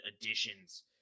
additions